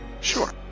sure